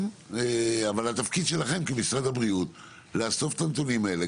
אבל התפקיד שלכם כמשרד הבריאות לאסוף את הנתונים האלה.